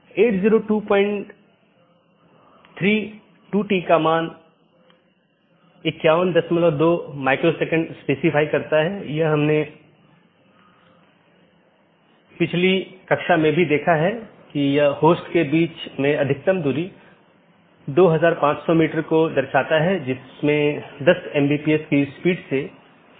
अब अगर हम BGP ट्रैफ़िक को देखते हैं तो आमतौर पर दो प्रकार के ट्रैफ़िक होते हैं एक है स्थानीय ट्रैफ़िक जोकि एक AS के भीतर ही होता है मतलब AS के भीतर ही शुरू होता है और भीतर ही समाप्त होता है